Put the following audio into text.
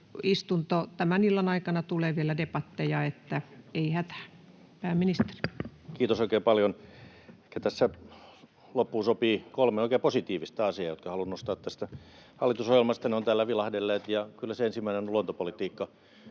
Tämän illan aikana tulee vielä debatteja, niin että ei hätää. — Pääministeri. Kiitos oikein paljon! Ehkä tähän loppuun sopii kolme oikein positiivista asiaa, jotka haluan nostaa tästä hallitusohjelmasta — ne ovat täällä vilahdelleet. Ja kyllä se ensimmäinen on luontopolitiikka.